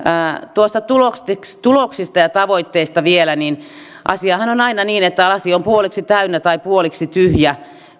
tuloksista ja tavoitteista vielä asiahan on aina niin että lasi on puoliksi täynnä tai puoliksi tyhjä